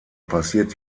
passiert